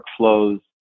workflows